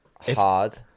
hard